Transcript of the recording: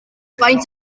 faint